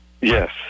Yes